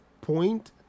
point